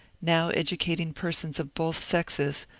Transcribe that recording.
now edu cating persons of both sexes,